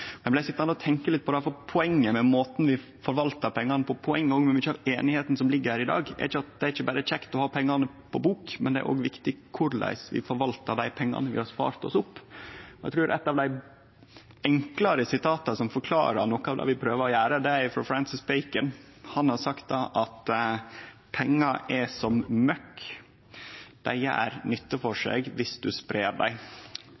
og tenkje litt på det, for poenget med måten vi forvaltar pengane på, og poenget med mykje av einigheita som ligg her i dag, er ikkje berre at det er kjekt å ha pengane på bok, men det er òg viktig korleis vi forvaltar dei pengane vi har spart oss opp. Eg trur eit av dei enklare sitata som forklarar noko av det vi prøver å gjere, er frå Francis Bacon. Han har sagt at pengar er som møkk, dei gjer nytte for seg viss ein spreier dei.